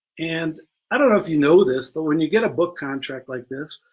and i don't know if you know this but when you get a book contract like this,